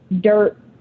dirt